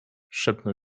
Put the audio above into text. szepnął